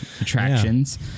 attractions